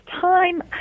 time